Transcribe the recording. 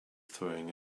throwing